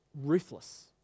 ruthless